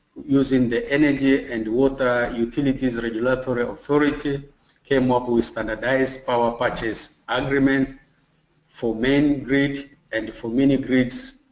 using the energy and water utilities regulatory authority came up with standardized power purchase agreements for main grid and for mini grids,